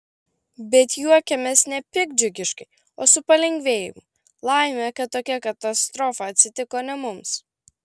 bet juokiamės ne piktdžiugiškai o su palengvėjimu laimė kad tokia katastrofa atsitiko ne mums